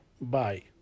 Bye